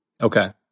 Okay